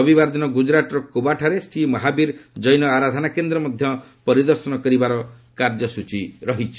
ରବିବାରଦିନ ଗୁଜରାଟର କୋବାଠାରେ ଶ୍ରୀ ମହାବୀର ଜୈନ ଆରାଧନା କେନ୍ଦ୍ର ମଧ୍ୟ ପରିଦର୍ଶନ କରିବାର କାର୍ଯ୍ୟସ୍ଚୀ ରହିଛି